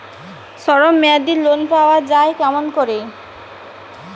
স্বল্প মেয়াদি লোন পাওয়া যায় কেমন করি?